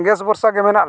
ᱵᱷᱚᱨᱥᱟᱜᱮ ᱢᱮᱱᱟᱜ ᱞᱮᱭᱟ